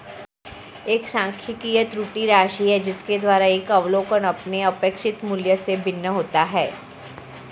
एक सांख्यिकी त्रुटि राशि है जिसके द्वारा एक अवलोकन अपने अपेक्षित मूल्य से भिन्न होता है